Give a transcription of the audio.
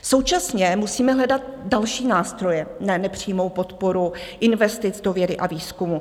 Současně musíme hledat další nástroje na nepřímou podporu investic do vědy a výzkumu.